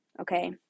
okay